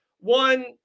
One